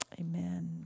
Amen